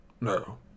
No